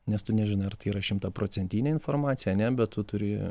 nes tu nežinai ar tai yra šimtaprocentinė informacija ar ne bet tu turi